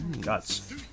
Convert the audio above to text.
Guts